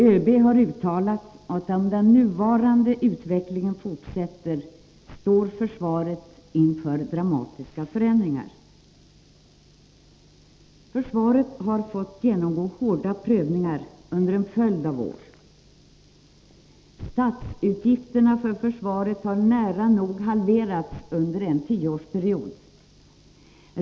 ÖB har uttalat att om den nuvarande utvecklingen fortsätter står försvaret inför dramatiska förändringar. Försvaret har fått genomgå hårda prövningar under en följd av år. Statsutgifterna för försvaret har nära nog halverats under en tioårsperiod.